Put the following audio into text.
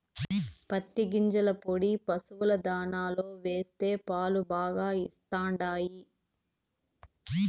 పత్తి గింజల పొడి పశుల దాణాలో వేస్తే పాలు బాగా ఇస్తండాయి